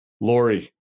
Lori